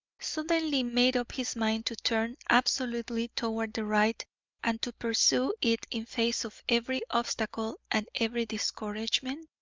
suddenly made up his mind to turn absolutely toward the right and to pursue it in face of every obstacle and every discouragement?